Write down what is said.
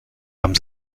haben